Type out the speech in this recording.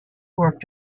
worked